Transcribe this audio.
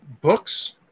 books